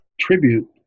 tribute